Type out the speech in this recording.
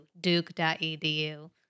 duke.edu